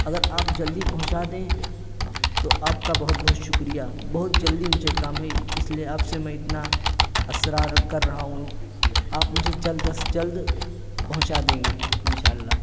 اگر آپ جلدی پہنچا دیں تو آپ کا بہت بہت شکریہ بہت جلدی مجھے کام ہے اس لیے آپ سے میں اتنا اصرار کر رہا ہوں آپ مجھے جلد از جلد پہنچا دیں گے انشاء اللہ